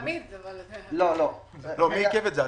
אתם אלה שעיכבתם את זה?